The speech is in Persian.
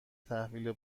تحویل